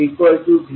75V0 5V00